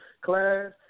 class